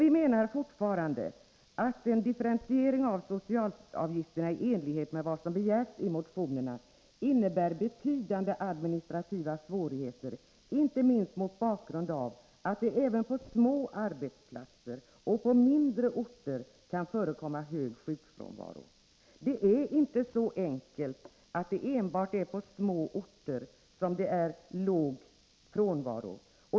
Vi menar fortfarande att en differentiering av socialavgifterna i enlighet med vad som begärts i motionerna innebär betydande administrativa svårigheter, inte minst mot bakgrund av att det även på små arbetsplatser och på mindre orter kan förekomma hög sjukfrånvaro. Det är inte så enkelt att det är enbart på små orter som man har låg frånvaro.